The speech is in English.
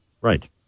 Right